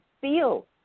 feel